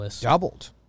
doubled